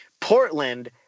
Portland